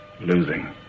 losing